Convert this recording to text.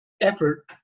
effort